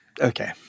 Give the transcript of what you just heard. okay